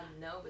No